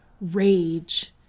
rage